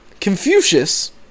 Confucius